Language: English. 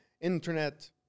internet